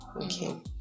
okay